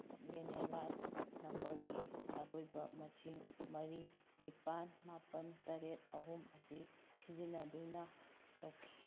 ꯅꯦꯂꯦꯟꯂꯥꯏꯟ ꯅꯝꯕꯔꯒꯤ ꯑꯔꯣꯏꯕ ꯃꯁꯤꯡ ꯃꯔꯤ ꯅꯤꯄꯥꯜ ꯃꯥꯄꯜ ꯇꯔꯦꯠ ꯑꯍꯨꯝ ꯑꯁꯤ ꯁꯤꯖꯤꯟꯅꯗꯨꯅ ꯇꯧꯈꯤ